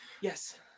Yes